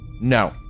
no